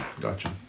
Gotcha